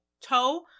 toe